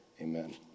amen